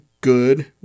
good